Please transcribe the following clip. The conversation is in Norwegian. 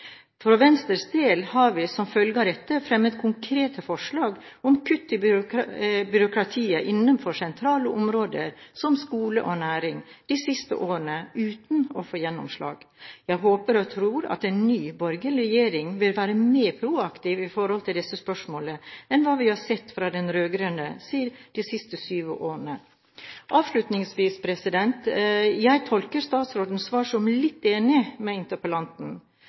For Venstres del har vi som følge av dette fremmet konkrete forslag om kutt i byråkratiet innenfor sentrale områder som skole og næring de siste årene uten å få gjennomslag. Jeg håper og tror at en ny, borgerlig regjering vil være mer proaktiv når det gjelder disse spørsmålene enn hva vi har sett fra den rød-grønne siden de siste syv årene. Avslutningsvis: Jeg tolker statsrådens svar som litt enig med interpellanten,